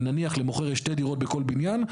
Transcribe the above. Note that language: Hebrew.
ונניח למוכר יש שתי דירות בכל בניין,